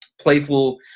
playful